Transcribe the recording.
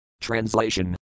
Translation